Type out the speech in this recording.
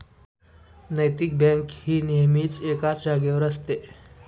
नैतिक बँक ही नेहमीच एकाच जागेवर असते